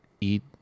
eat